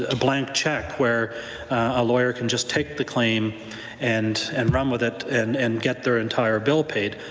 ah blank cheque where a lawyer can just take the claim and and run with it and and get their entire bill paid.